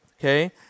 okay